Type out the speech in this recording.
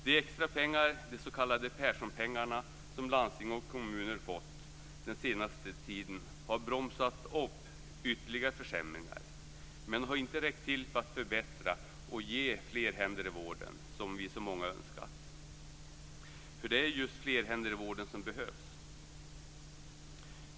De extra pengar, de s.k. Perssonpengarna, som landsting och kommuner fått den senaste tiden, har bromsat upp ytterligare försämringar. Men de har inte räckt till för att förbättra och ge fler händer i vården som så många av oss önskat. För det är just fler händer i vården som behövs.